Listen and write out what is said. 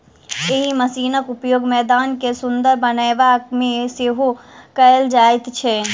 एहि मशीनक उपयोग मैदान के सुंदर बनयबा मे सेहो कयल जाइत छै